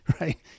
right